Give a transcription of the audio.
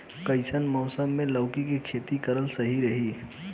कइसन मौसम मे लौकी के खेती करल सही रही?